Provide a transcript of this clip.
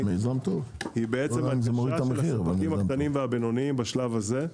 היא הנגשה של הספקים הקטנים והבינוניים בשלב הזה.